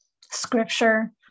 scripture